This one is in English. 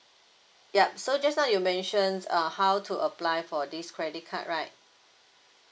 yup so just now you mentioned err how to apply for this credit card right